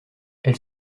elle